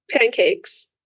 Pancakes